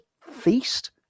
feast